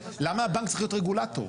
למה הבנק צריך להיות רגולטור?